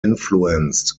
influenced